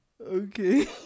Okay